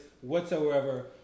whatsoever